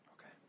Okay